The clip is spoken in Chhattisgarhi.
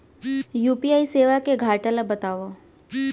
यू.पी.आई सेवा के घाटा ल बतावव?